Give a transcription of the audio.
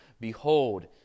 Behold